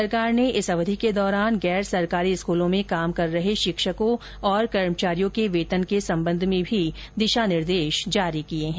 सरकार ने इस अवधि के दौरान गैर सरकारी स्कूलों में काम कर रहे शिक्षकों और कर्मचारियों के वेतन के संबंध में भी दिशा निर्देश भी जारी किए हैं